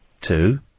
Two